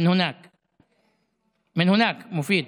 מין הונכ, מופיד,